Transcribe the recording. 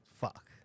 Fuck